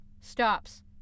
stops